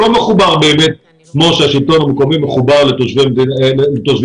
הוא לא מחובר באמת כמו שמחובר השלטון המקומי לתושבי המדינה.